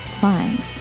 Fine